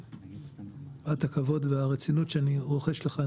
מפאת הכבוד לרצינות שאני רוחש לך,